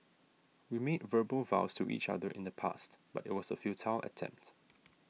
we made verbal vows to each other in the past but it was a futile attempt